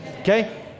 Okay